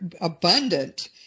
abundant